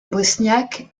bosniaque